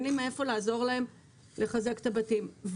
אין לי מאיפה לעזור להם לחזק את הבתים.